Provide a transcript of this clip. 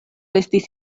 estis